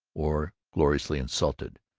or gloriously insulted,